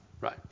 Right